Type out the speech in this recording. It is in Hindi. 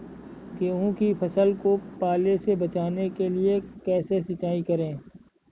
गेहूँ की फसल को पाले से बचाने के लिए कैसे सिंचाई करें?